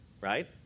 right